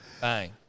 bang